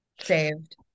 saved